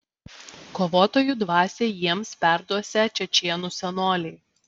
kovotojų dvasią jiems perduosią čečėnų senoliai